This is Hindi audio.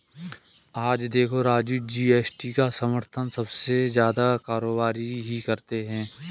आज देखो राजू जी.एस.टी का समर्थन सबसे ज्यादा कारोबारी ही करते हैं